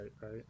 right